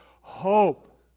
Hope